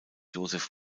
josef